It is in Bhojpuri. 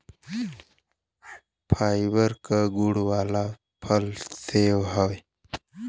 फाइबर क गुण वाला फल सेव हौ